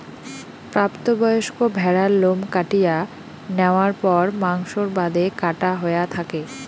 প্রাপ্ত বয়স্ক ভ্যাড়ার লোম কাটিয়া ন্যাওয়ার পর মাংসর বাদে কাটা হয়া থাকে